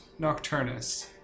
Nocturnus